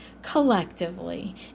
Collectively